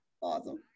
Awesome